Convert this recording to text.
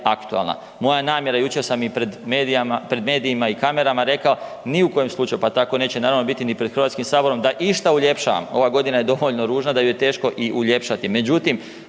Moja namjera, jučer sam i pred medijima i kamerama rekao ni u kojem slučaju, pa tako neće naravno biti ni pred HS da išta uljepšavam, ova godina je dovoljno ružna da ju je teško i uljepšati.